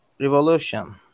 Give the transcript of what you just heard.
revolution